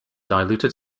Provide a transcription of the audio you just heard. diluted